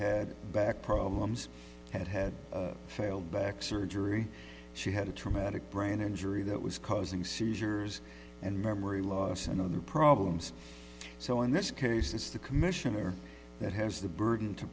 had back problems had had failed back surgery she had a traumatic brain injury that was causing seizures and memory loss and other problems so in this case it's the commissioner that has the burden to